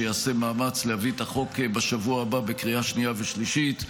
שייעשה מאמץ להביא את החוק בשבוע הבא בקריאה השנייה והשלישית,